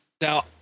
Now